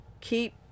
Keep